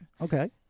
Okay